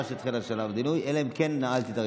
שהתחיל שלב הדיון אלא אם כן נעלתי את הרשימה.